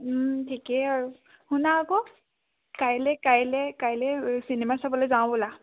ঠিকেই আৰু শুনা আকৌ কাইলৈ কাইলৈ কাইলৈ চিনেমা চাবলৈ যাওঁ ব'লা